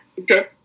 Okay